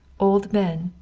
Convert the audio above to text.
old men,